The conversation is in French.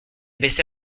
baissa